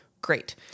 Great